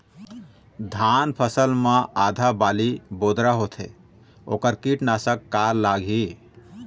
धान फसल मे आधा बाली बोदरा होथे वोकर कीटनाशक का लागिही?